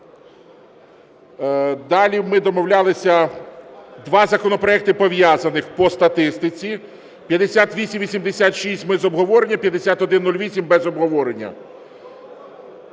Далі ми домовлялися два законопроекти пов'язаних по статистиці: 5886 – ми з обговоренням, 5108 – без обговорення.